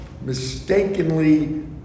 Mistakenly